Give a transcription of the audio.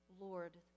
Lord